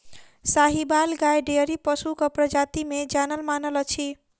साहिबाल गाय डेयरी पशुक प्रजाति मे जानल मानल अछि